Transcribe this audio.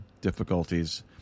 difficulties